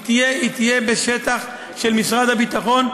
היא תהיה בשטח של משרד הביטחון,